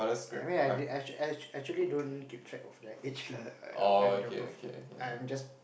I mean I act~ act~ actually don't keep track of their age lah and the both I'm just